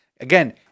Again